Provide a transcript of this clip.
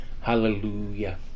Hallelujah